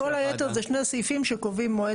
וכל היתר זה שני סעיפים שקובעים מועד